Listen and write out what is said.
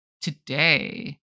today